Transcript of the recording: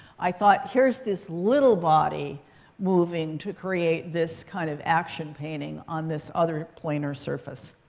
i thought, here's this little body moving to create this kind of action painting on this other plane or surface.